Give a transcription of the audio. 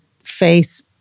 face